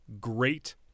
great